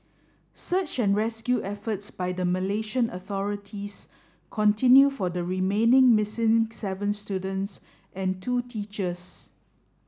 search and rescue efforts by the Malaysian authorities continue for the remaining missing seven students and two teachers